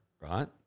right